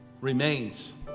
remains